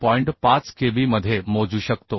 5 kb मध्ये मोजू शकतो